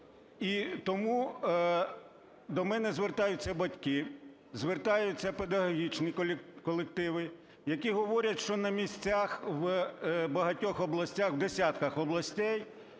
тому до мене звертаються батьки, звертаються педагогічні колективи, які говорять, що на місцях в багатьох областях, в десятках областей